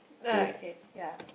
no okay ya